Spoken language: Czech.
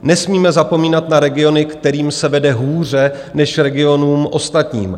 Nesmíme zapomínat na regiony, kterým se vede hůře než regionům ostatním.